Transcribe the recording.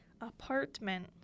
apartment